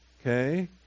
Okay